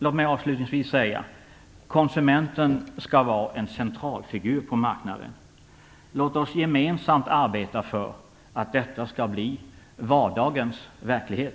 Låt mig avslutningsvis säga att konsumenten skall vara en centralfigur på marknaden. Låt oss gemensamt arbeta för att detta skall bli vardagens verklighet.